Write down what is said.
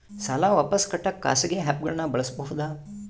ಸಾಲ ವಾಪಸ್ ಕಟ್ಟಕ ಖಾಸಗಿ ಆ್ಯಪ್ ಗಳನ್ನ ಬಳಸಬಹದಾ?